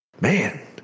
man